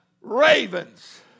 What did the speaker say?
ravens